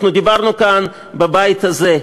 אנחנו דיברנו כאן, בבית הזה,